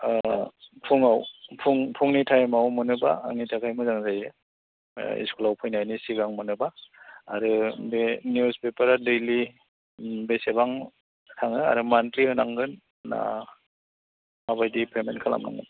अ फुङाव फुंनि टाइमाव मोनोब्ला आंनि थाखाय मोजां जायो ओ इसकुलाव फैनायनि सिगां मोनोब्ला आरो बे निउस पेपारा दैलि बेसेबां थाङो आरो मान्थलि होनांगोन ना माबायदि पेमेन्ट खालामनांगोन